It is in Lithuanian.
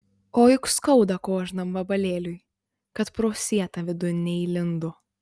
o juk skauda kožnam vabalėliui kad pro sietą vidun neįlindo